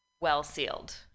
well-sealed